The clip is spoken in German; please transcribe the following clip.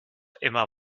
immer